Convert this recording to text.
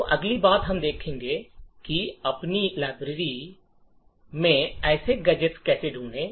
तो अगली बात हम देखेंगे हम अपनी लाइब्रेरी में ऐसे गैजेट्स कैसे ढूंढेंगे